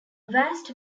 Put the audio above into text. vast